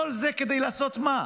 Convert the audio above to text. כל זה כדי לעשות מה?